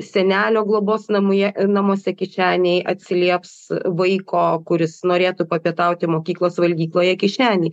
senelio globos namuoje namuose kišenei atsilieps vaiko kuris norėtų papietauti mokyklos valgykloje kišenei